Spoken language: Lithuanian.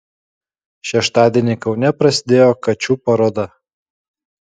šeštadienį kaune prasidėjo kačių paroda